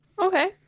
Okay